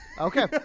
okay